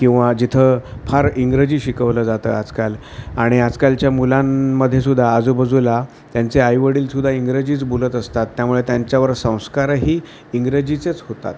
किंवा जिथं फार इंग्रजी शिकवलं जातं आजकाल आणि आजकालच्या मुलांमध्ये सुद्धा आजूबाजूला त्यांचे आई वडील सुद्धा इंग्रजीच बोलत असतात त्यामुळे त्यांच्यावर संस्कारही इंग्रजीचेच होतात